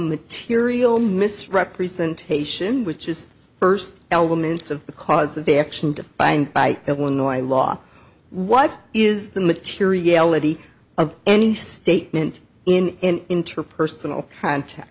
material misrepresentation which is first elements of the cause of action defined by illinois law what is the materiality of any statement in an interpersonal cont